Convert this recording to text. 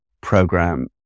program